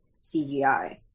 cgi